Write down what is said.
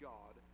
God